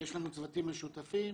יש לנו צוותים משותפים,